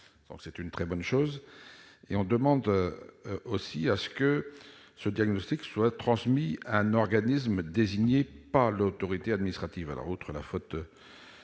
est une très bonne chose. On demande aussi que ce diagnostic soit transmis à un organisme désigné par l'autorité administrative. Or je ne